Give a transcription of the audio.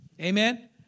Amen